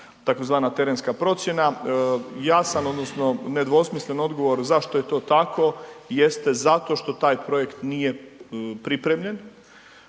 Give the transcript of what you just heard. tzv. terenska procjena. Jasan odnosno nedvosmislen odgovor zašto je to tako jeste zato što taj projekt nije pripremljen.